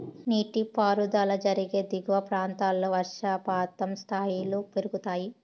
నీటిపారుదల జరిగే దిగువ ప్రాంతాల్లో వర్షపాతం స్థాయిలు పెరుగుతాయి